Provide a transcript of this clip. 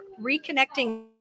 reconnecting